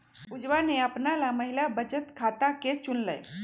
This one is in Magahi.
पुजवा ने अपना ला महिला बचत खाता के चुन लय